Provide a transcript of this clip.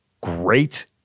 great